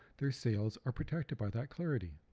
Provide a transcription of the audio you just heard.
their sales are protected by that clarity.